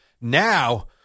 Now